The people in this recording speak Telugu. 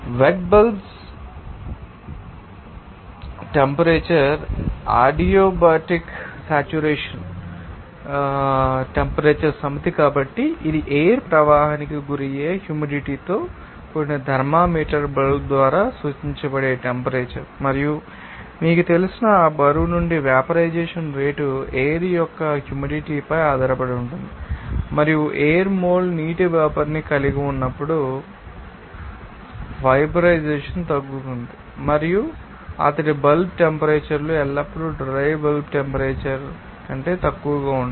wet bulb temperature adiabatic saturation temperature సమితి కాబట్టి ఇది ఎయిర్ ప్రవాహానికి గురయ్యే హ్యూమిడిటీతో కూడిన థర్మామీటర్ బల్బ్ ద్వారా సూచించబడే టెంపరేచర్ మరియు మీకు తెలిసిన ఆ బరువు నుండి వేపరైజేషన్ రేటు ఎయిర్ యొక్క హ్యూమిడిటీపై ఆధారపడి ఉంటుంది మరియు ఎయిర్ మోల్ నీటి వేపర్ ని కలిగి ఉన్నప్పుడు వేపరైజషన్ తగ్గుతుంది మరియు తడి బల్బ్ టెంపరేచర్ లు ఎల్లప్పుడూ డ్రై బల్బ్ టెంపరేచర్ కంటే తక్కువగా ఉంటాయి